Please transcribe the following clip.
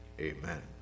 amen